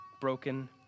broken